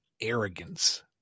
arrogance